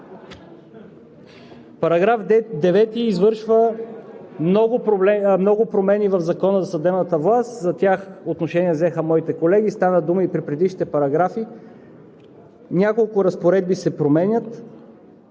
Параграф 9 извършва много промени в Закона за съдебната власт. За тях отношение взеха моите колеги, стана дума и при предишните параграфи. Няколко разпоредби се променят,